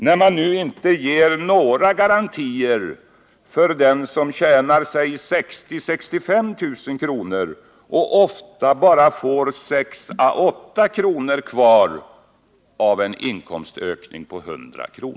när man nu inte ger några garantier för den som tjänar säg 60 000-65 000 kr. och ofta bara får 6-8 kr. kvar av en inkomstökning på 100 kr.?